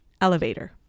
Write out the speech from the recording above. elevator